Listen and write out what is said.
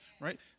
right